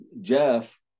Jeff